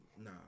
nah